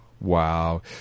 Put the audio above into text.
wow